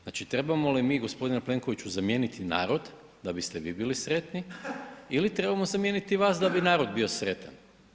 Znači trebamo li mi g. Plenkoviću, zamijeniti narod da biste vi bili sretni ili trebamo zamijeniti vas da bi narod bio sretan?